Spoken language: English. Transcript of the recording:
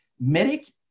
MEDIC